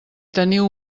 teniu